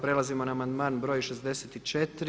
Prelazimo na amandman broj 64.